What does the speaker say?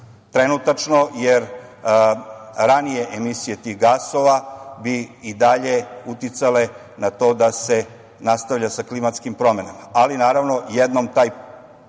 trenutačno, jer ranije emisije tih gasova bi i dalje uticale na to da se nastavlja sa klimatskim promenama. Ali, naravno, jednom taj